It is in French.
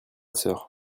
sœur